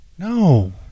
No